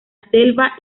selva